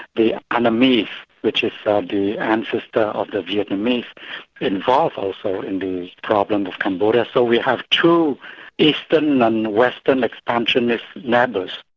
the annamese which ah ah the ancestor of the vietnamese involved also in the problems of cambodia, so we have two eastern and western expansionist neighbours.